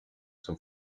zum